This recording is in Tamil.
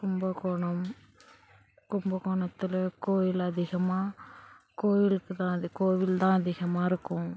கும்பகோணம் கும்பகோணத்தில் கோயில் அதிகமாக கோயிலுக்குதான் அது கோயில்தான் அதிகமாக இருக்கும்